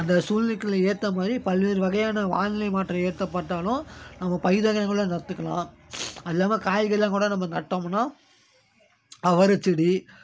அந்த சூழ்நிலைக்கு ஏற்ற மாதிரி பல்வேறு வகையான வானிலை மாற்றம் ஏத்தப்பட்டாலும் நம்ம பயிர் வகைகளை நட்டுக்கலாம் அது இல்லாம் காய்கறிலாம் கூட நம்ம நட்டோம்னா அவரைச்செடி